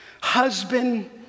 Husband